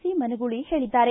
C Managula ಹೇಳಿದ್ದಾರೆ